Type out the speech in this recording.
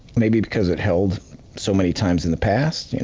maybe because it held so many times in the past? you know,